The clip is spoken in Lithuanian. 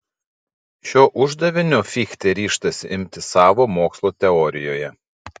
šio uždavinio fichtė ryžtasi imtis savo mokslo teorijoje